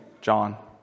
John